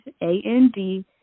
A-N-D